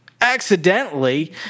accidentally